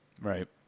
Right